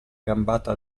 gambata